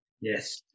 yes